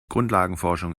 grundlagenforschung